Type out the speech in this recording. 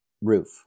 roof